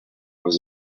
was